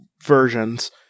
versions